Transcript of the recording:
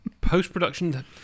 post-production